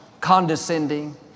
condescending